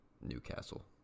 Newcastle